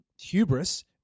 hubris